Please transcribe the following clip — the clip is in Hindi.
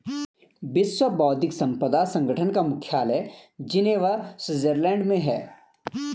विश्व बौद्धिक संपदा संगठन का मुख्यालय जिनेवा स्विट्जरलैंड में है